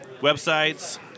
Websites